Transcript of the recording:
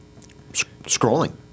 scrolling